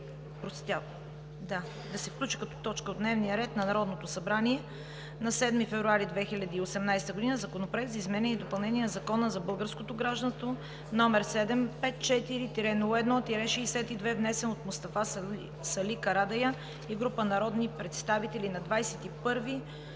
да се включи като точка от дневния ред на 7 февруари 2018 г. Законопроект за изменение и допълнение на Закона за българското гражданство, № 754-01-62, внесен от Мустафа Карадайъ и група народни представители на 21